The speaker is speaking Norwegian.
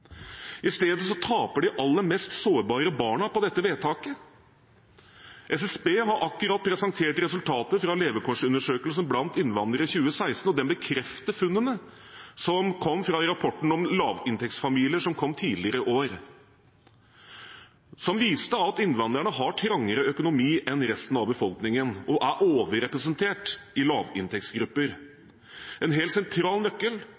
I stedet taper de aller mest sårbare barna på dette vedtaket. SSB har akkurat presentert resultater fra levekårsundersøkelsen blant innvandrere i 2016, og den bekrefter funnene som kom fra rapporten om lavinntektsfamilier, som kom tidligere i år. Den viste at innvandrerne har trangere økonomi enn resten av befolkningen og er overrepresentert i lavinntektsgrupper. En helt sentral nøkkel